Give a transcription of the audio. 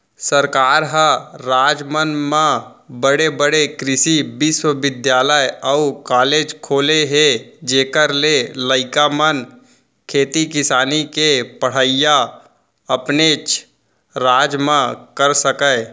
सरकार ह राज मन म बड़े बड़े कृसि बिस्वबिद्यालय अउ कॉलेज खोले हे जेखर ले लइका मन खेती किसानी के पड़हई अपनेच राज म कर सकय